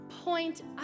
Point